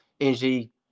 energy